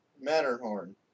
Matterhorn